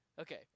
Okay